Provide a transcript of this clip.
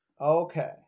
Okay